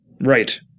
Right